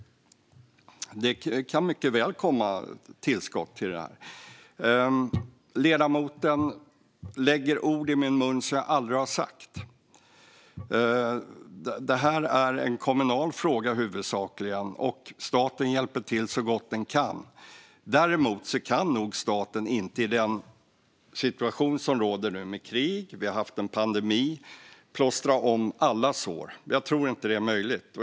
Det kan mycket väl komma tillskott. Ledamoten lägger ord i min mun som jag aldrig har sagt. Detta är huvudsakligen en kommunal fråga, och staten hjälper till så gott den kan. Däremot kan nog inte staten i den situation som nu råder, med krig och med den pandemi som vi har haft, plåstra om alla sår - jag tror inte att det är möjligt.